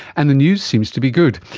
and the news seems to be good.